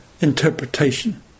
interpretation